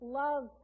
love